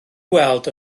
weld